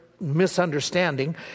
misunderstanding